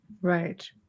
right